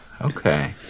Okay